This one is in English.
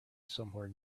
somewhere